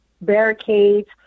barricades